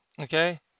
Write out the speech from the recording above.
Okay